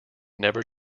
never